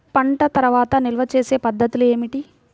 పంట తర్వాత నిల్వ చేసే పద్ధతులు ఏమిటి?